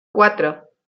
cuatro